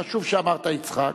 חשוב שאמרת יצחק.